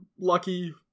lucky